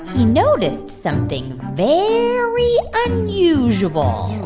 he noticed something very unusual.